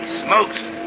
smokes